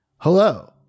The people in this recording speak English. Hello